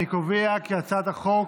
אני קובע כי הצעת החוק